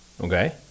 Okay